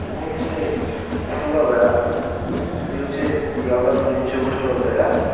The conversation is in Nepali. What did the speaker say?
म चाहिँ ठुलो भएर यो चाहिँ ब्लगर बनिन्छु म ठुलो भएर